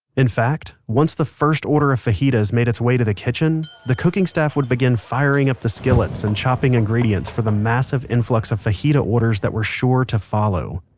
in fact, once the first order of fajitas made its way to the kitchen, the cooking staff would begin firing up the skillets and chopping ingredients for the massive influx of fajita orders that were sure to follow.